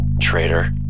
traitor